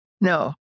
No